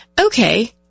okay